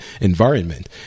environment